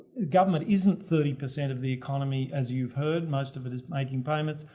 government isn't thirty percent of the economy as you've heard, most of it is making payments,